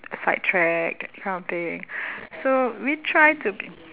sidetracked that kind of thing so we try to